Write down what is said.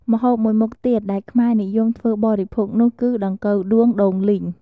ម្ហូបមួយមុខទៀតដែលខ្មែរនិយមធ្វើបរិភោគនោះ គឺដង្កូវដួងដូងលីង។